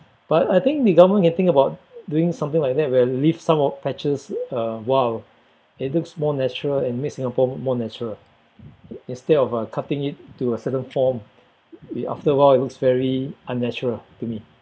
but I think the government can think about doing something like that will leave some more patches uh wild it looks more natural and makes Singapore more natural instead of uh cutting it to a certain form it after a while it looks very unnatural to me